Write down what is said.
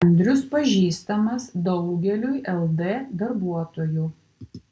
andrius pažįstamas daugeliui ld darbuotojų